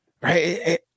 right